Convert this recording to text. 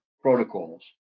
protocols